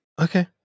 Okay